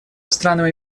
странами